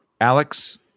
Alex